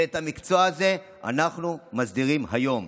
ואת המקצוע הזה אנחנו מסדירים היום.